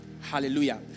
hallelujah